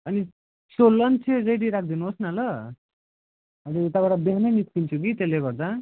अनि so lunch चाहिँ ready राखिदिनु होस् न ल हामी यताबाट बिहानै निस्किन्छौँ कि त्यसले गर्दा